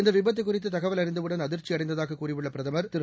இந்த விபத்து குறித்து தகவல் அறிந்தவுடன் அதிர்ச்சி அடைந்ததாக கூறியுள்ள பிரதமர் திரு